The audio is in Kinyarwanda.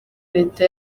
leta